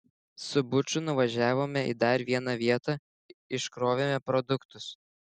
su buču nuvažiavome į dar vieną vietą iškrovėme produktus